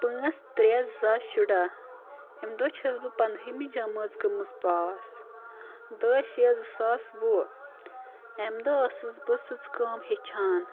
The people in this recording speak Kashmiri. پانٛژھ ترٛےٚ زٕ ساس شُراہ اَمہِ دۄہ چھَس بہٕ پَنٛدہٲیمہِ جمٲژ گٔمٕژ پاس دَہ شےٚ زٕ ساس وُہ اَمہِ دۄہ ٲسٕس بہٕ سٕژ کٲم ہیٚچھان